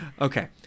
okay